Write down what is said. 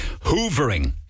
Hoovering